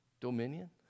dominion